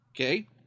Okay